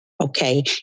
Okay